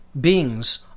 beings